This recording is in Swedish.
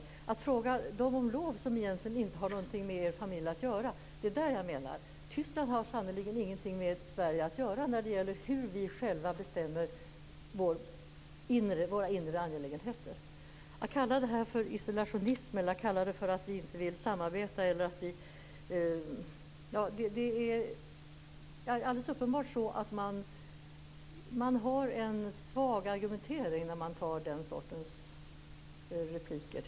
Skall man fråga dem om lov som egentligen inte har någonting med er familj att göra? Tyskland har sannerligen ingenting med Sverige att göra när det gäller hur vi själva bestämmer våra inre angelägenheter. Man kallar detta för isolationism eller säger att vi inte vill samarbeta. Det är alldeles uppenbart på det sättet att man har en svag argumentering när man uttalar sig på det sättet.